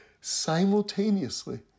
simultaneously